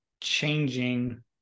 changing